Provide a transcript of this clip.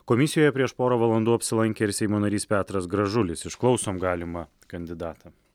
komisijoje prieš porą valandų apsilankė ir seimo narys petras gražulis išklausom galimą kandidatą